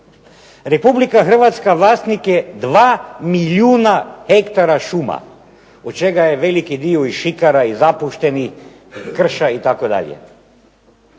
Republika Hrvatska vlasnik je 2 milijuna hektara šuma, od čega je veliki dio i šikara i zapušteni, krša itd.